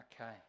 Okay